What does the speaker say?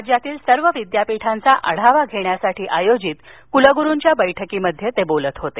राज्यातील सर्व विद्यापीठांचा आढावा घेण्यासाठी आयोजित कुलगुरूंच्या बैठकीत ते बोलत होते